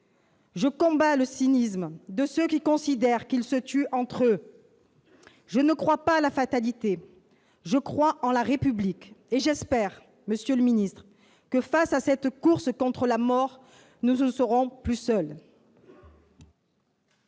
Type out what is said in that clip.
Je combats le cynisme de ceux qui considèrent qu'« ils se tuent entre eux ». Je ne crois pas à la fatalité ; je crois en la République et j'espère, monsieur le ministre d'État, que, face à cette course contre la mort, nous ne serons plus seuls.